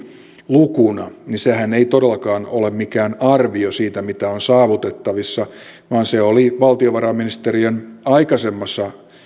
lukuna niin sehän ei todellakaan ole mikään arvio siitä mitä on saavutettavissa vaan se oli valtiovarainministeriön aikaisemmassa